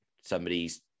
somebody's